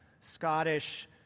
Scottish